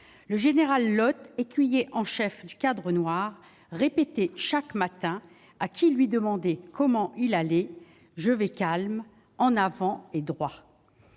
le général L'Hotte, écuyer en chef du Cadre noir, répondait chaque matin, à qui lui demandait comment il allait :« Calme, en avant et droit ».